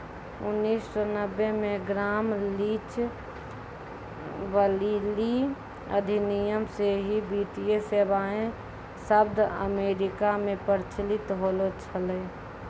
उन्नीस सौ नब्बे मे ग्राम लीच ब्लीली अधिनियम से ही वित्तीय सेबाएँ शब्द अमेरिका मे प्रचलित होलो छलै